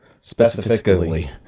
Specifically